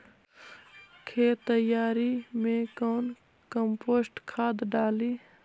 खेत तैयारी मे कौन कम्पोस्ट खाद डाली?